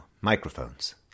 Microphones